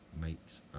makes